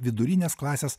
vidurinės klasės